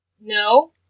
No